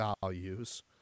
values